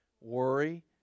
worry